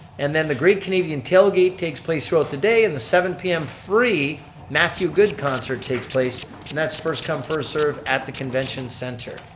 and then the great canadian tailgate takes place throughout the day. and the seven pm free matthew good concert takes place. and that's first come first serve at the convention center.